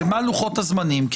מה לוחות הזמנים?